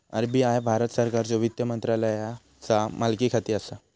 RBI Bharat सरकारच्यो वित्त मंत्रालयाचा मालकीखाली असा